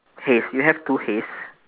hays you have two hays